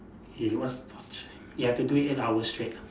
eh what's torturing you have to do it eight hours straight ah